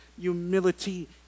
humility